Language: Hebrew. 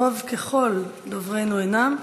ככל דוברינו אינם,